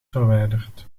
verwijderd